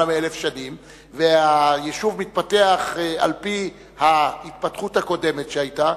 מ-1,000 שנים והיישוב מתפתח על-פי ההתפתחות הקודמת שהיתה,